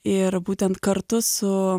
ir būtent kartu su